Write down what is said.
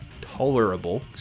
tolerable